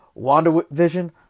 WandaVision